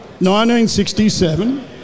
1967